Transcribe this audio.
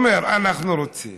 הוא אומר: אנחנו רוצים